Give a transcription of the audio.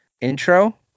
intro